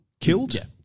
killed